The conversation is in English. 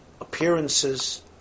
appearances